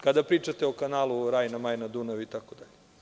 kada pričate o kanalu Rajna-Majna-Dunav itd.